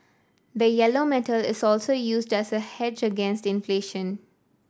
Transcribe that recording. the yellow metal is also used as a hedge against inflation